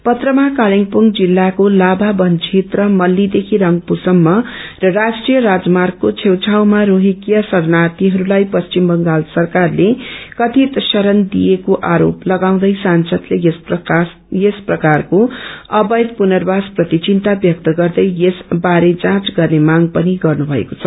पत्रमा कलेकुङ जिल्लाको लाभ बन क्षेत्र मल्लीदेखि रंगपू सम्प र राष्ट्रीय राजर्मागको छेउछाउमा रोहिंग्य शरणार्यीहरूलाई पश्चिम बंगाल सरकारले कथित शरण दिएको आरोम लगाउँदै सांसदले यस प्रकारको अवैध पुर्नःवास प्रति चिन्ता व्यक्त गर्दै यस बारे जाँच गर्ने मांग पनि गर्ने भएको छ